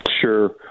Sure